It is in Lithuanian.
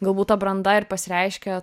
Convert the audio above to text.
galbūt ta branda ir pasireiškia